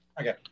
Okay